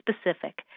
specific